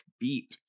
beat